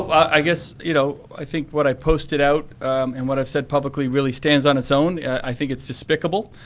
i guess, you know, i think what i posted out and what i have said publicly really stands on its own. i think it's despicable.